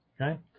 Okay